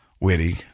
witty